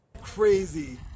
Crazy